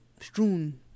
strewn